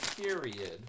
period